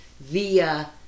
via